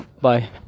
Bye